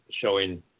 showing